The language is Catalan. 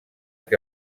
que